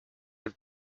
have